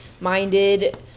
minded